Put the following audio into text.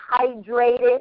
hydrated